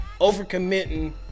overcommitting